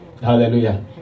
Hallelujah